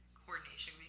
coordination